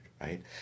right